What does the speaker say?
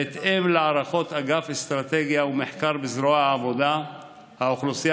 בהתאם להערכות אגף אסטרטגיה ומחקר בזרוע העבודה האוכלוסיות